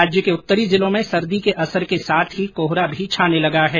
राज्य के उतरी जिलों में सर्दी के असर के साथ ही कोहरा भी छाने लगा है